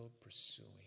pursuing